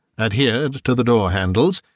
adhered to the door-handles,